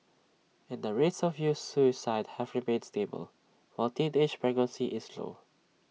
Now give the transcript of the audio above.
and the rates of youth suicide have remained stable while teenage pregnancy is low